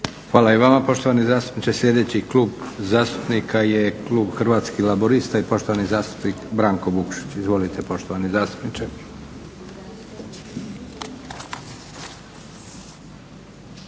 Hvala i vama poštovani zastupniče. Sljedeći klub zastupnika je klub Hrvatskih Laburista i poštovani zastupnik Branko Vukšić. Izvolite poštovani zastupniče.